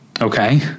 Okay